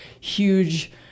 huge